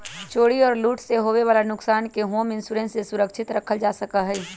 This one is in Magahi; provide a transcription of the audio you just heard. चोरी और लूट से होवे वाला नुकसान के होम इंश्योरेंस से सुरक्षित रखल जा सका हई